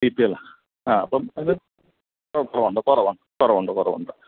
B P L ആണ് ആ അപ്പോൾ അത് ഓ കുറവുണ്ട് കുറവുണ്ട് കുറവുണ്ട് കുറവുണ്ട്